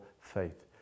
faith